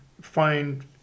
find